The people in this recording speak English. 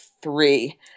three